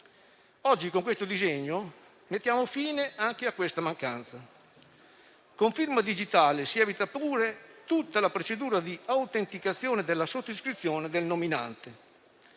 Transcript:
Oggi, con il provvedimento in esame, ripariamo anche a questa mancanza. Con la firma digitale si evita pure tutta la procedura di autenticazione della sottoscrizione del nominato.